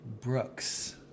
Brooks